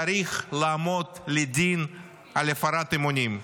צריך לעמוד לדין על הפרת אמונים,